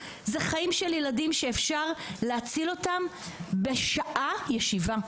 זה חיים של ילדים שאפשר להציל אותם בשעת ישיבה.